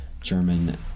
German